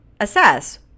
assess